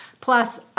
plus